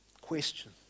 Question